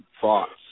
thoughts